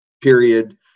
period